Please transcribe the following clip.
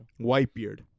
Whitebeard